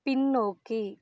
பின்னோக்கி